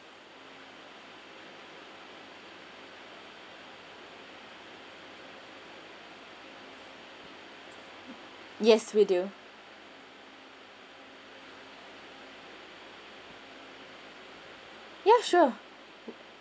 yes we do ya sure